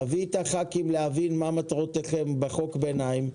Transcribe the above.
תביא את הח"כים להבין מה מטרותיכם בחוק ביניים.